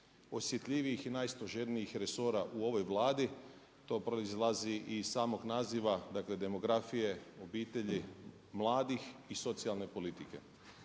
najosjetljivijih i najsloženijih resora u ovoj Vladi. To proizlazi i iz samog naziva, dakle demografije, obitelji, mladih i socijalne politike.